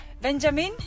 benjamin